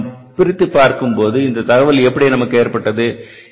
இதனை நாம் பிரித்து பார்க்கும்போது இந்த தகவல் எப்படி நமக்கு ஏற்பட்டது